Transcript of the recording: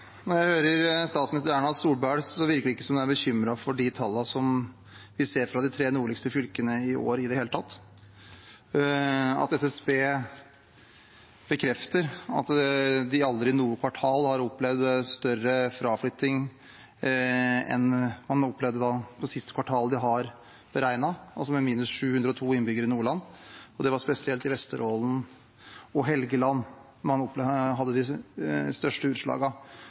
Når jeg hører statsminister Erna Solberg, virker det ikke som om hun i det hele tatt er bekymret for tallene vi ser fra de tre nordligste fylkene i år – SSB bekrefter at de aldri i noe kvartal har opplevd større fraflytting enn man har opplevd siste kvartal de har beregnet, altså med minus 702 innbyggere i Nordland. Det er spesielt i Vesterålen og Helgeland man har de største